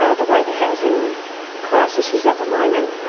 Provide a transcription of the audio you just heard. ah the way the housing crisis is at the moment,